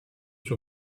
suo